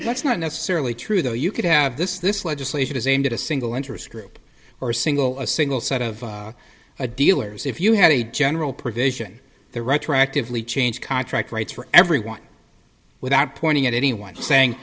that's not necessarily true though you could have this this legislation is aimed at a single interest group or single a single set of a dealers if you have a general provision they retroactively change contract rights for everyone without pointing at anyone saying